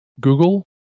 Google